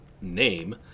name